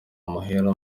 amahera